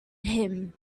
him